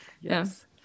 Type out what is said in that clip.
yes